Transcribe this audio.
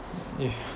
yeah